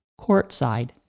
courtside